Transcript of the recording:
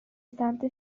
سمت